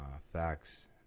facts